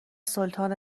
سلطان